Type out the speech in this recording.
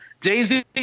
Jay-Z